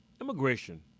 Immigration